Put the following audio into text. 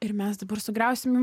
ir mes dabar sugriausim